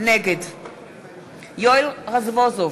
נגד יואל רזבוזוב,